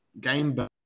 game